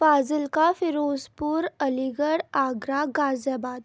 Fazilka Firozpur Aligarh Agra گازی آباد